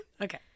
Okay